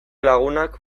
lagunak